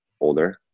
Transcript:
older